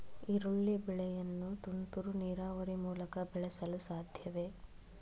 ಈರುಳ್ಳಿ ಬೆಳೆಯನ್ನು ತುಂತುರು ನೀರಾವರಿ ಮೂಲಕ ಬೆಳೆಸಲು ಸಾಧ್ಯವೇ?